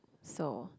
so